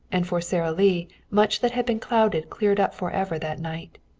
and for sara lee much that had been clouded cleared up forever that night.